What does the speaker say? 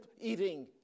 eating